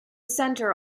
centre